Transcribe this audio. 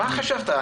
מה חשבת?